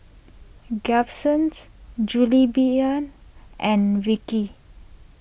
Gibsons Jillbian and Vickey